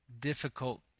difficult